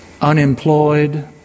unemployed